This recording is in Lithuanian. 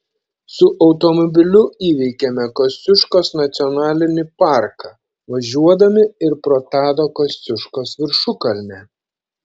su automobiliu įveikėme kosciuškos nacionalinį parką važiuodami ir pro tado kosciuškos viršukalnę